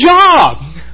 job